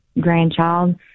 grandchild